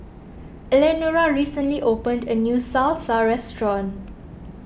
Eleanora recently opened a new Salsa restaurant